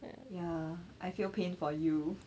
ya I feel pain for you